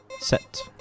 set